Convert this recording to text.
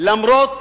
למרות